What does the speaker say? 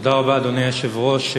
תודה רבה, אדוני היושב-ראש.